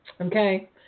Okay